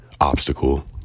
obstacle